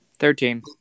Thirteen